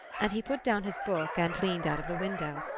and he put down his book and leaned out of the window.